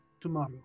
tomorrow